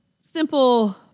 simple